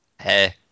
Hey